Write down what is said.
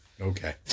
Okay